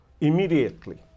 immediately